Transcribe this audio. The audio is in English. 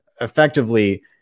effectively